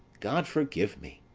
god forgive me!